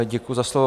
Děkuju za slovo.